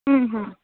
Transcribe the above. हूं हूं